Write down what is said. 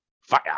Fire